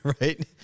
right